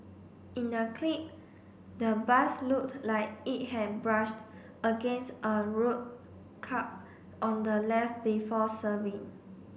in the clip the bus looked like it had brushed against a road curb on the left before swerving